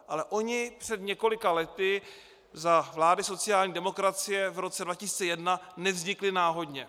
Ale oni před několika lety, za vlády sociální demokracie v roce 2001, nevznikli náhodně.